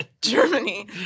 Germany